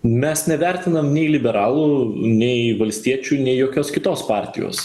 mes nevertinam nei liberalų nei valstiečių nei jokios kitos partijos